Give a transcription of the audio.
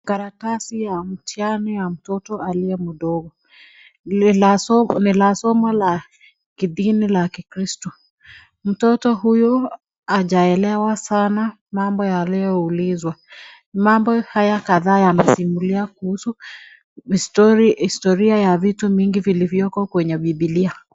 Karatasi ya mtihani ya mtoto aliye mdogo. Ni la somo la kidini la ki kristo. Mtoto huyu hajaelewa sanaa mambo yalio ulizwa. Mambo haya kadhaa yanasimulia kuhusu historia ya vitu mingi vilivyoko kwenye bibilia.